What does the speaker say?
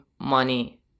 money